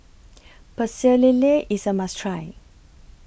Pecel Lele IS A must Try